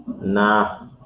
nah